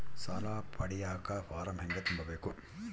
ಸಾಲ ಪಡಿಯಕ ಫಾರಂ ಹೆಂಗ ತುಂಬಬೇಕು?